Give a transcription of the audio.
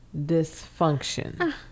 dysfunction